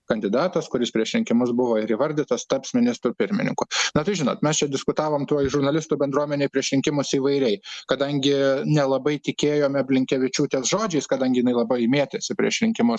kandidatas kuris prieš rinkimus buvo ir įvardytas taps ministru pirmininku na tai žinot mes čia diskutavome toj žurnalistų bendruomenėj prieš rinkimus įvairiai kadangi nelabai tikėjome blinkevičiūtės žodžiais kadangi jinai labai mėtėsi prieš rinkimus